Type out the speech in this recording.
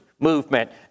movement